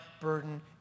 burden